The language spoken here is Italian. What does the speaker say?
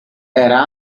era